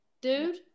dude